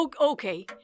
okay